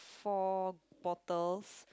four bottles